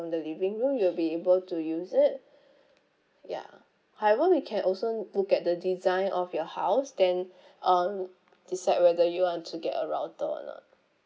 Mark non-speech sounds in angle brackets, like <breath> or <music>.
from the living room you will be able to use it <breath> ya however we can also look at the design of your house then <breath> um decide whether you want to get a router or not